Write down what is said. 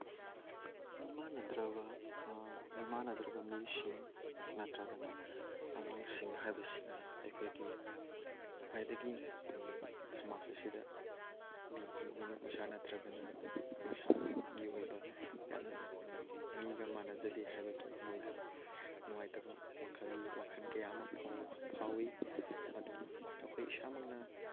ꯃꯤꯃꯥꯟꯅꯗ꯭ꯔꯕ ꯃꯤꯃꯥꯟꯅꯗ꯭ꯔꯕ ꯃꯤꯁꯤꯡ ꯅꯠꯇ꯭ꯔꯒꯅ ꯑꯉꯥꯡꯁꯤꯡ ꯍꯥꯏꯕꯁꯤꯅ ꯑꯩꯈꯣꯏꯒꯤ ꯈ꯭ꯋꯥꯏꯗꯒꯤ ꯁꯃꯥꯖ ꯑꯁꯤꯗ ꯃꯤꯒꯤ ꯃꯤꯅꯣꯛ ꯃꯩꯁꯥ ꯅꯠꯇ꯭ꯔꯒꯅ ꯃꯁꯥꯒꯤ ꯑꯣꯏꯕ ꯌꯥꯝꯅ ꯃꯤꯒ ꯃꯥꯟꯅꯖꯗꯦ ꯍꯥꯏꯕꯒꯤ ꯃꯣꯏꯗ ꯅꯨꯡꯉꯥꯏꯇꯕ ꯃꯈꯜꯒꯤ ꯋꯥꯈꯟ ꯀꯌꯥ ꯑꯃ ꯐꯥꯎꯋꯤ ꯑꯗꯨꯅ ꯑꯩꯈꯣꯏ ꯏꯁꯥꯃꯛꯅ